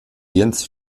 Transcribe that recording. jens